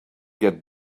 get